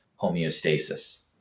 homeostasis